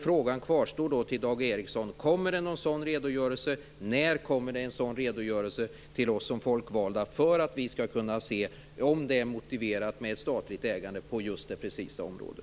Frågan till Dag Ericson kvarstår då: Kommer det någon sådan redogörelse, och när kommer det en sådan till oss folkvalda för att vi skall kunna se om det är motiverat med statligt ägande på just det området?